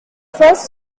first